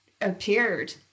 appeared